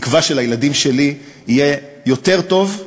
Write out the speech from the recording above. תקווה שלילדים שלי יהיה יותר טוב מלי,